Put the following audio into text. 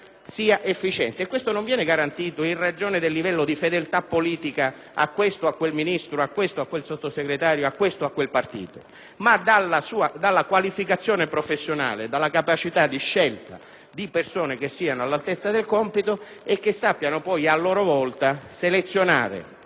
sia efficiente. Ciò infatti non viene garantito in ragione del livello di fedeltà politica a questo o a quel Ministro, a questo o a quel Sottosegretario, a questo o quel partito, bensì dalla qualificazione professionale e dalla capacità di scelta di persone che siano all'altezza del compito e sappiano poi, a loro volta, selezionare